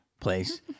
place